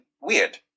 weird